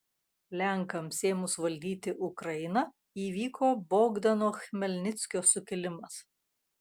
lenkams ėmus valdyti ukrainą įvyko bogdano chmelnickio sukilimas